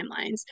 timelines